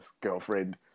girlfriend